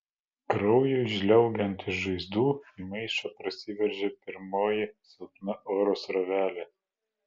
kraujui žliaugiant iš žaizdų į maišą prasiveržė pirmoji silpna oro srovelė